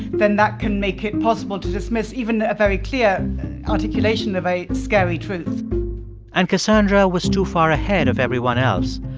then that can make it possible to dismiss even a very clear articulation of a scary truth and cassandra was too far ahead of everyone else.